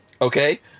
Okay